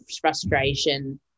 frustration